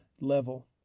level